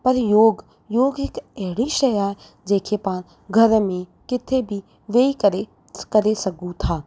पर योग योग हिकु अहिड़ी शइ आहे जंहिंखें पाण घर में किथे बि वेही करे करे सघूं था